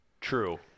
True